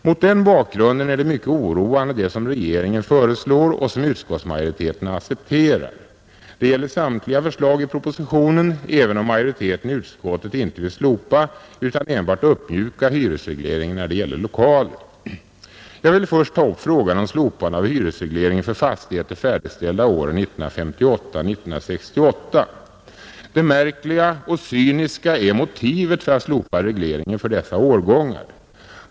Mot den bakgrunden är det som regeringen föreslår och som utskottsmajoriteten accepterat mycket oroande. Det gäller samtliga förslag i propositionen, även om majoriteten i utskottet inte vill slopa utan endast uppmjuka hyresregleringen när det gäller lokaler. Jag vill först ta upp frågan om slopande av hyresregleringen för fastigheter färdigställda åren 1958-1968. Det märkliga och cyniska är motivet till att slopa regleringen för dessa årgångar.